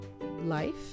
life